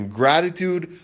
gratitude